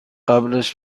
قبلش